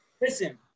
listen